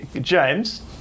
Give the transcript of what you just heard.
James